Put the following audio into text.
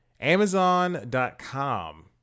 Amazon.com